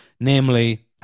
Namely